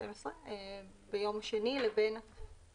00:00 ביום שני לבין